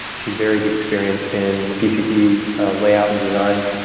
some very deep experience in pcp layout and design.